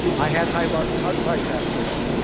i had heart heart bypass surgery.